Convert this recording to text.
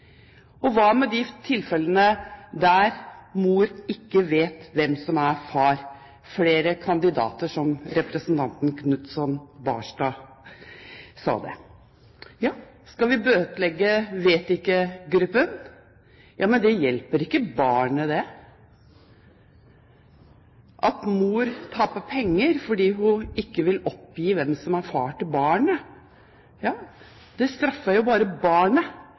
Og hva med de tilfellene der mor ikke vet hvem som er far – «at det er flere kandidater», som representanten Knutson Barstad sa. Skal vi bøtelegge vet-ikke-gruppen? Men det hjelper ikke barnet at mor taper penger fordi hun ikke vil oppgi hvem som er far til barnet. Det straffer bare barnet